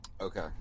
Okay